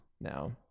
now